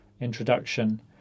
introduction